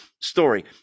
story